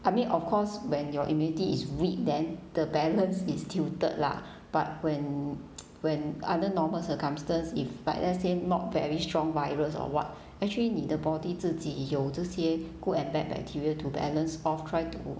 I mean of course when your immunity is weak then the balance is tilted lah but when when other normal circumstance if like let's say not very strong virus or what actually 你的 body 自己有这些 good and bad bacteria to balance or try to